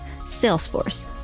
salesforce